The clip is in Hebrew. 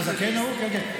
"הזקן", כן.